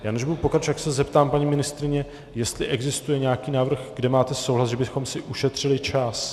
Než budu pokračovat, tak se zeptám paní ministryně, jestli existuje nějaký návrh, kde máte souhlas, že bychom si ušetřili čas.